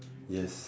yes